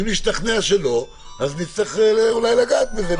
ואם נשתכנע שלא אז נצטרך אולי לגעת בזה.